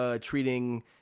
treating